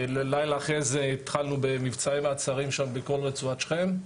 לילה אחרי זה התחלנו במבצעי מעצרים שם בכל רצועת שכם,